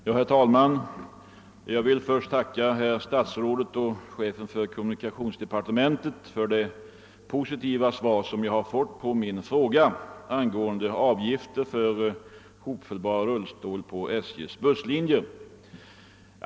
Herr talman! Jag vill först tacka statsrådet och chefen för kommunikations departementet för det positiva svar som jag har fått på min fråga angående avgifter för hopfällbara rullstolar på statens järnvägars busslinjer.